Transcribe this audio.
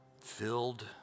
filled